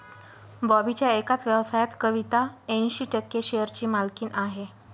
बॉबीच्या एकाच व्यवसायात कविता ऐंशी टक्के शेअरची मालकीण आहे